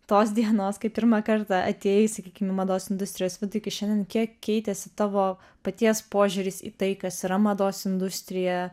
tos dienos kai pirmą kartą atėjai sakykim į mados industrijos vidų iki šiandien kiek keitėsi tavo paties požiūris į tai kas yra mados industrija